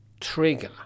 trigger